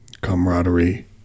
camaraderie